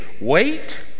wait